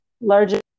larger